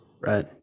right